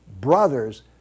brothers